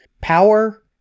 power